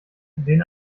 den